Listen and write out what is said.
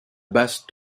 basses